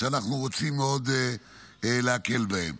שאנחנו רוצים מאוד להקל בהם.